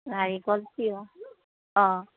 নাৰিকল তিয়ঁহ অঁ